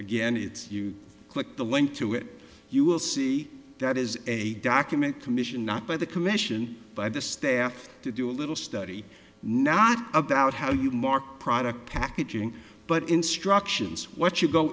again it's you click the link to it you will see that is a document commissioned not by the commission by the staff to do a little study not about how you mark product packaging but instructions what you go